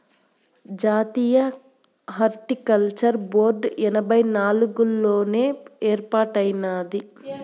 జాతీయ horticulture board ఎనభై నాలుగుల్లోనే ఏర్పాటైనాది